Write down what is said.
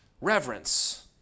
Reverence